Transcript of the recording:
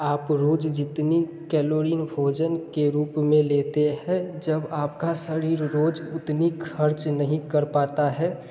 आप रोज़ जितनी कैलोरी भोजन के रूप में लेते हैं जब आपका शरीर रोज़ उतनी खर्च नहीं कर पाता है